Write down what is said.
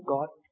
God